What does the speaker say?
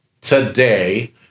today